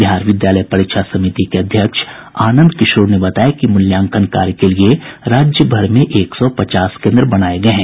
बिहार विद्यलय परीक्षा समिति के अध्यक्ष आनंद किशोर ने बताया कि मूल्यांकन कार्य के लिए राज्य में भर एक सौ पचास केन्द्र बनाये गये हैं